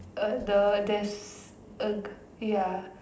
uh the there's a ya